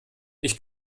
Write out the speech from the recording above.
ich